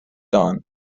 don